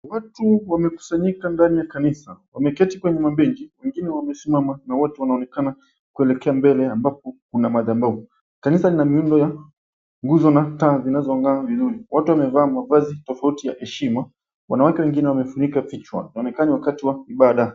Watu wamekusanyika ndani ya kanisa, wameketi kwenye mabenchi, wengine wamesimama na wote wanaonekana kuelekea mbele ambapo kuna madhabahu. Kanisa ina miuundo ya nguzo na taa zinazong'aa vizuri. Watu wamevaa mavazi tofauti ya heshima, wanawake wengine wamefunika vichwa. Inaonekana ni wakati wa ibada.